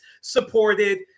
supported